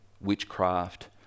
witchcraft